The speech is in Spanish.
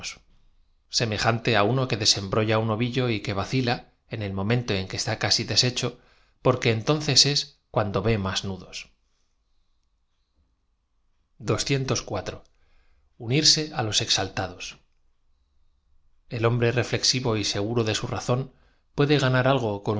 te á uno que desembrolla un ovillo y que vacila en el momento en que eatá casi deshecho porque entonces ea cuando v e más nudos á loe txá adoi hombre reñ ezivo y eg uro de su razón puede ganar algo con